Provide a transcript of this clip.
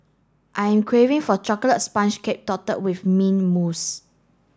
I am craving for a chocolate sponge cake with mint mousse